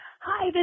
hi